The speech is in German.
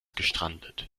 gestrandet